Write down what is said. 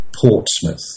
Portsmouth